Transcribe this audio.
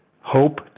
hope